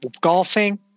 Golfing